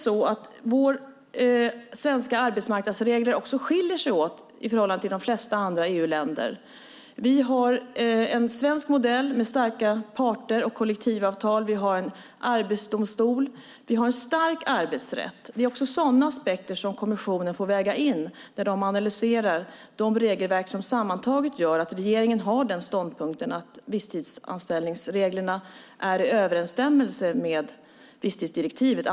Våra svenska arbetsmarknadsregler skiljer sig från de flesta andra EU-länders. Vi har en svensk modell med starka parter och kollektivavtal. Vi har en arbetsdomstol. Vi har en stark arbetsrätt. Det är sådana aspekter som kommissionen får väga in när den analyserar de regelverk som sammantaget gör att regeringen har ståndpunkten att visstidsanställningsreglerna är i överensstämmelse med visstidsdirektivet.